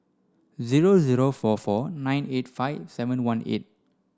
zero zero four four nine eight five seven one eight